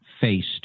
faced